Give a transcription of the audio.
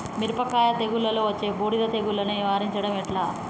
మిరపకాయ తెగుళ్లలో వచ్చే బూడిది తెగుళ్లను నివారించడం ఎట్లా?